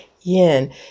yin